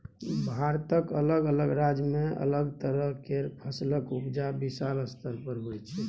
भारतक अलग अलग राज्य में अलग तरह केर फसलक उपजा विशाल स्तर पर होइ छै